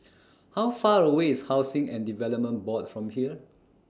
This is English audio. How Far away IS Housing and Development Board from here